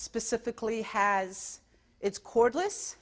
specifically has its cordless